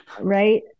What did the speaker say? Right